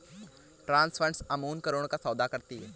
trust funds अमूमन करोड़ों का सौदा करती हैं